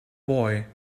boy